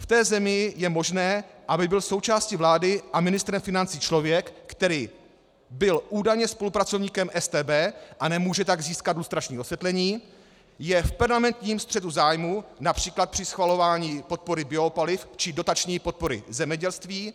V té zemi je možné, aby byl součástí vlády a ministrem financí člověk, který byl údajně spolupracovníkem StB, a nemůže tak získat lustrační osvědčení; je v permanentním střetu zájmu například při schvalování podpory biopaliv či dotační podpory zemědělství;